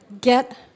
get